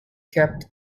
kept